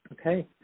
okay